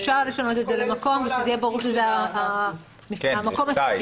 אפשר לשנות את זה ל"מקום" שזה יהיה ברור שזה המקום הספציפי.